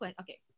okay